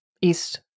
East